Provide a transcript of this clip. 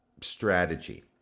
strategy